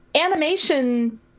animation